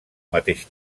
mateix